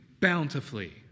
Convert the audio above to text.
bountifully